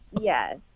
yes